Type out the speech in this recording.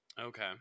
Okay